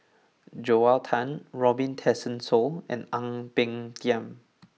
Joel Tan Robin Tessensohn and Ang Peng Tiam